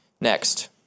Next